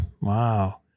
Wow